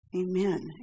Amen